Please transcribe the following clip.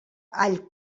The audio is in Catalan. all